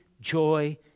joy